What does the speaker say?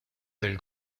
del